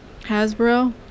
hasbro